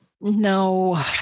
No